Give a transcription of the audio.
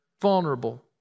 vulnerable